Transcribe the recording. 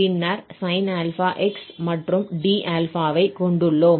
பின்னர் sinαx மற்றும் dα ஐ கொண்டுள்ளோம்